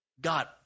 God